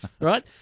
right